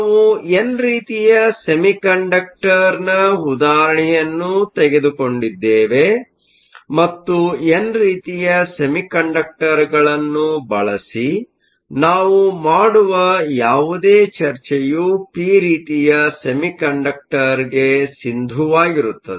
ನಾವು ಎನ್ ರೀತಿಯ ಸೆಮಿಕಂಡಕ್ಟರ್ನ ಉದಾಹರಣೆಯನ್ನು ತೆಗೆದುಕೊಂಡಿದ್ದೇವೆ ಮತ್ತು ಎನ್ ರೀತಿಯ ಸೆಮಿಕಂಡಕ್ಟರ್ಗಳನ್ನು ಬಳಸಿ ನಾವು ಮಾಡುವ ಯಾವುದೇ ಚರ್ಚೆಯು ಪಿ ರೀತಿಯ ಸೆಮಿಕಂಡಕ್ಟರ್ನಗೆ ಸಿಂಧುವಾಗಿರುತ್ತದೆ